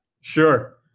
Sure